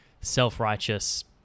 self-righteous